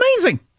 amazing